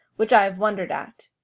which i have wond'red at.